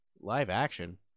Live-action